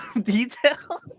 detail